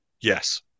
Yes